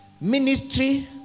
Ministry